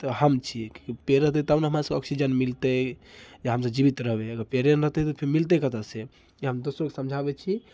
तऽ हम छियै किआकी पेड़ रहतै तब ने हमरासबके ऑक्सीजन मिलतै या हमसब जीवित रहबै अगर पेड़े नहि रहतै तऽ फेर मिलतै कतऽ से ई हम दोसरोके समझाबैत छी